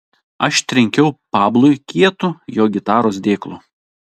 aš trenkiau pablui kietu jo gitaros dėklu